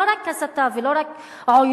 לא רק הסתה ולא רק עוינות,